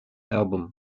album